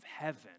heaven